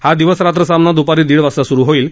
हा दिवसरात्र सामना दुपारी दीड वाजता सुरु होईल